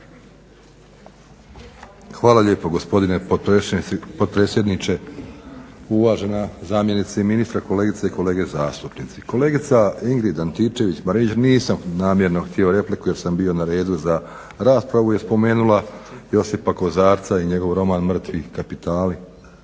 Hvala lijepo gospodine potpredsjedniče, uvažena zamjenice ministra, kolegice i kolege zastupnici. Kolegica Ingrid Antičević-Marinović, nisam namjerno htio repliku jer sam bio na redu za raspravu, jer spomenula Josipa Kozarca i njegov roman "Mrtvi kapitali".